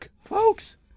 folks